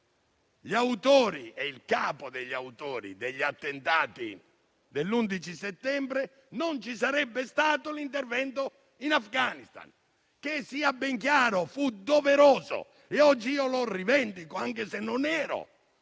gli autori e il capo degli autori degli attentati dell'11 settembre, non ci sarebbe stato l'intervento in Afghanistan che, sia ben chiaro, fu doveroso e oggi io lo rivendico, anche se non ero